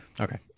okay